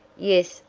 yes,